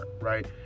right